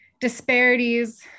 disparities